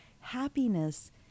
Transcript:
happiness